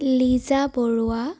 Liza Barua